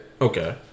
Okay